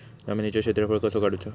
जमिनीचो क्षेत्रफळ कसा काढुचा?